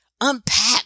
unpack